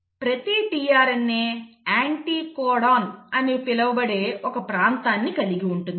ప్రతి tRNA anticodon అని పిలవబడే ఒక ప్రాంతాన్ని కలిగి ఉంటుంది